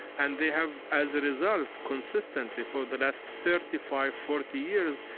and they have, as a result, consistently, for the last thirty five, forty years,